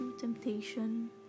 temptation